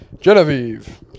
Genevieve